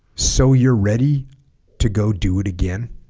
so you're ready to go do it again